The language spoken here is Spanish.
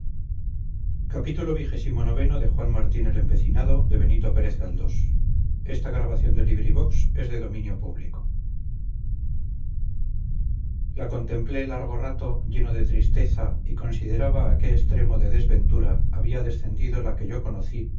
su conciencia la contemplé largo rato lleno de tristeza y consideraba a qué extremo de desventura había descendido la que yo conocí en